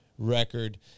record